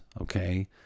okay